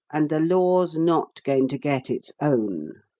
and the law's not going to get its own.